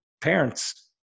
parents